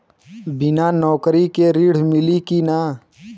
बिना नौकरी के ऋण मिली कि ना?